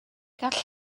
gall